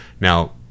Now